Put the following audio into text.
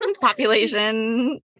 population